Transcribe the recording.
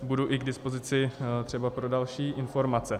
Budu i k dispozici třeba pro další informace.